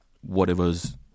whatever's